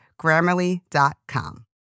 Grammarly.com